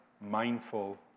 mindful